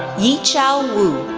yiqiao wu,